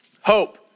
Hope